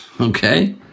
Okay